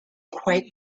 quite